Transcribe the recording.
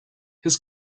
his